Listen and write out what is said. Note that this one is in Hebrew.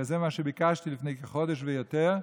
זה מה שביקשתי לפני כחודש ויותר.